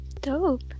Dope